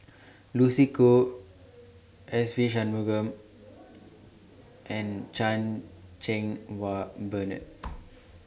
Lucy Koh Se Ve Shanmugam and Chan Cheng Wah Bernard